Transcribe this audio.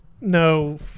No